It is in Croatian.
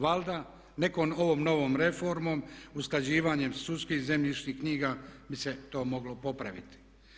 Valjda nekom ovom novom reformom, usklađivanjem sudskih zemljišnih knjiga bi se to moglo popraviti.